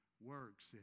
works